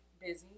busy